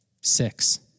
six